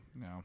No